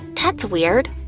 that's weird,